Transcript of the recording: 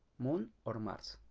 moon, or mars